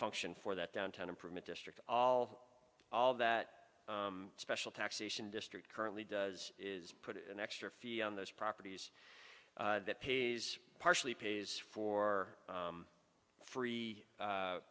function for that downtown improvement district all all that special taxation district currently does is put an extra fee on those properties that pays partially pays for free